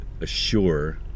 assure